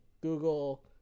Google